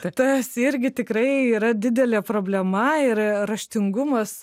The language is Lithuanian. tas irgi tikrai yra didelė problema ir raštingumas